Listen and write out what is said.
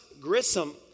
Grissom